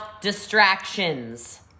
distractions